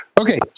Okay